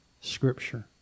Scripture